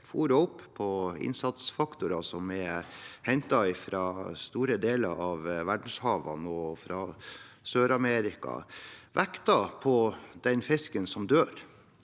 opp på innsatsfaktorer som er hentet fra store deler av verdenshavene og fra Sør-Amerika, vekten på den fisken som dør,